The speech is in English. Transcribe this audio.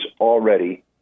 already